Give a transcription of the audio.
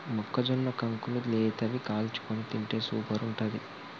మొక్కజొన్న కంకులు లేతవి కాల్చుకొని తింటే సూపర్ ఉంటది